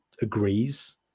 agrees